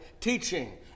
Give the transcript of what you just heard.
teaching